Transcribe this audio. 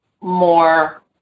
more